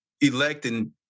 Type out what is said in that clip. electing